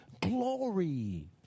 glory